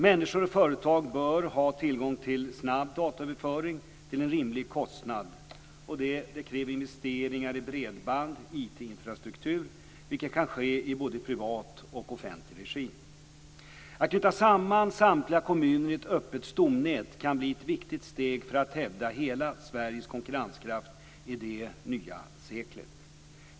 Människor och företag bör ha tillgång till snabb dataöverföring till en rimlig kostnad. Det kräver investeringar i bredbandig IT infrastruktur, vilket kan ske i både privat och offentlig regi. Att knyta samman samtliga kommuner i ett öppet stomnät kan bli ett viktigt steg för att hävda hela Sveriges konkurrenskraft i det nya seklet.